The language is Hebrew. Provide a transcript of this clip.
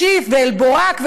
ואל-בוראק,